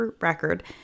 record